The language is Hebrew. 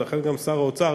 ולכן גם שר אוצר,